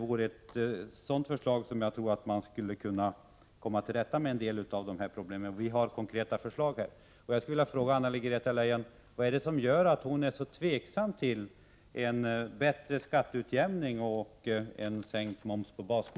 Med sådana förslag skulle man kunna komma till rätta med en hel del av de aktuella problemen. Det föreligger konkreta förslag här.